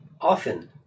often